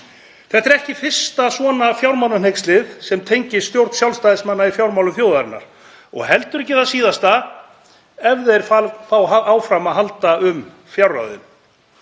Þetta er ekki fyrsta svona fjármálahneykslið sem tengist stjórn Sjálfstæðismanna í fjármálum þjóðarinnar og heldur ekki það síðasta ef þeir fá áfram að halda um fjárráðin.